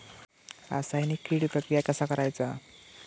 रासायनिक कीड प्रक्रिया कसा करायचा?